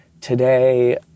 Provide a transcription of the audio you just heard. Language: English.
Today